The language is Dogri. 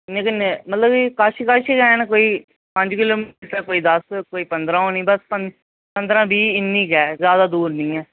कश कश के हैन कोई पंज किलोमीटर कोई दस्स कोई पंदरां होनी बस पंदरां बी इन्नी गै ज्यादा दूर नी ऐ